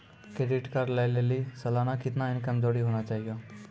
Credit card लय लेली सालाना कितना इनकम जरूरी होना चहियों?